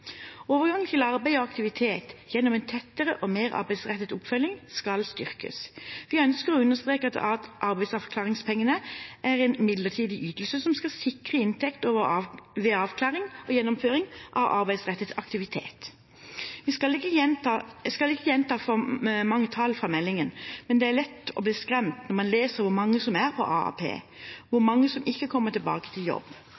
Overgang til arbeid og aktivitet gjennom en tettere og mer arbeidsrettet oppfølging skal styrkes. Vi ønsker å understreke at arbeidsavklaringspengene er en midlertidig ytelse som skal sikre inntekter ved avklaring og gjennomføring av arbeidsrettet aktivitet. Jeg skal ikke gjenta for mange tall fra meldingen, men det er lett å bli skremt når man leser om hvor mange som er på AAP, hvor mange som ikke kommer tilbake til jobb,